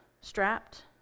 strapped